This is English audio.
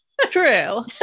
true